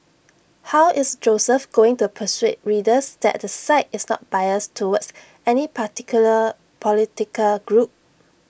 how is Joseph going to persuade readers that the site is not biased towards any particular political group